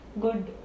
good